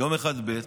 יום אחד, ב'.